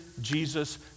Jesus